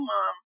Mom